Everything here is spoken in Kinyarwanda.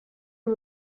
uru